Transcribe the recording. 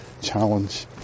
challenge